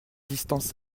distance